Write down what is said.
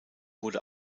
wurde